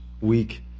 week